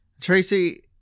Tracy